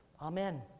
Amen